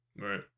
Right